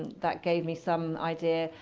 that gave me some idea.